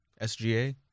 sga